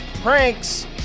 pranks